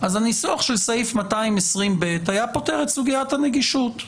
הניסוח של סעיף 220ב היה פותר את סוגיית הנגישות,